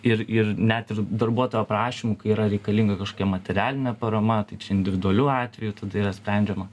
ir ir net ir darbuotojo prašymu kai yra reikalinga kažkokia materialinė parama tai čia individualiu atveju tada yra sprendžiama